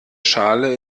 schale